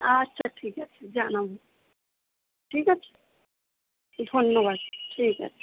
আচ্ছা ঠিক আছে জানাব ঠিক আছে ধন্যবাদ ঠিক আছে